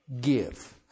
give